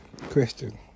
Christian